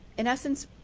in essence,